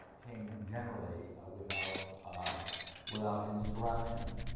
came generally ah without ah without insurrection.